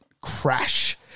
crash